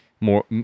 more